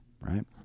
right